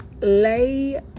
lay